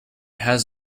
has